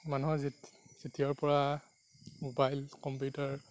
মানুহৰ যেতিয়াৰ পৰা ম'বাইল কম্পিউটাৰ